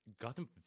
Gotham